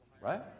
Right